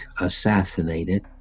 assassinated